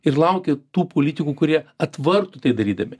ir laukia tų politikų kurie atvargtų tai darydami